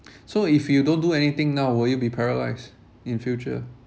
so if you don't do anything now will you be paralysed in future